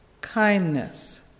kindness